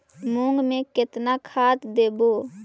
मुंग में केतना खाद देवे?